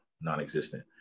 non-existent